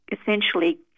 essentially